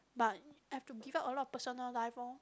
but I have to give up a lot of personal life orh